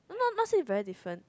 no not say very different